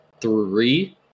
three